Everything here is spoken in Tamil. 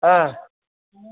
ஆ